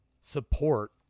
support